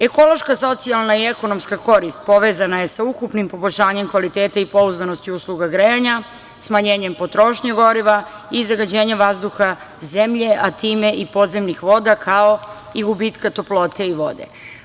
Ekološka socijalna i ekonomska korist povezana je sa ukupnim poboljšanjem kvaliteta i pouzdanosti usluga grejanja, smanjenjem potrošnje goriva i zagađenjem vazduha zemlje, a time i podzemnih voda kao i gubitka toplote i vode.